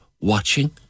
watching